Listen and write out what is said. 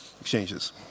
exchanges